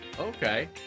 okay